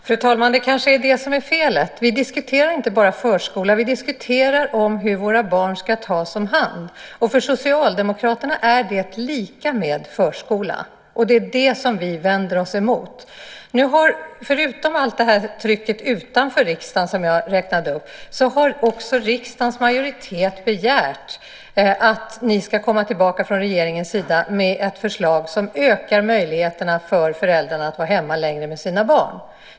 Fru talman! Det kanske är det som är felet. Vi diskuterar inte bara förskolan; vi diskuterar hur våra barn ska tas om hand. För Socialdemokraterna är detta lika med förskolan, och det är det vi vänder oss emot. Förutom allt det tryck utanför riksdagen som jag räknade upp har nu också riksdagens majoritet begärt att regeringen ska komma tillbaka med ett förslag som ökar möjligheterna för föräldrar att vara hemma längre med sina barn.